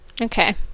Okay